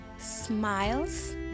smiles